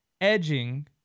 Edging